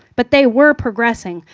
but they were progressing.